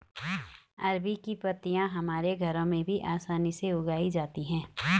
अरबी की पत्तियां हमारे घरों में भी आसानी से उगाई जाती हैं